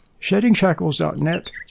SheddingShackles.net